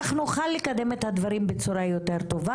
וכך נוכל לקדם את הדברים בצורה יותר טובה.